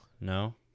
No